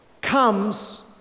comes